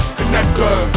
connector